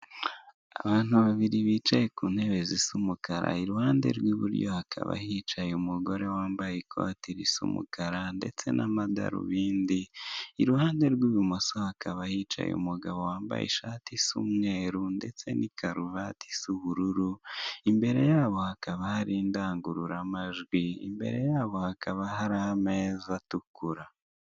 Abantu babiri bicaye ku ntebe zisa umukara iruhande rw'iburyo hakaba hicaye umugore wambaye ikote risa umukara ndetse n'amadarobindi, iruhande rw'ibumoso hakaba hicaye umugabo wambaye ishati isa umweu ndetse n'ikaruvati isa ubururu. Imbera yabo hakaba hari indangururamajwi, imbere yabo hakaba hari ameza atukura.